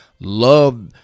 love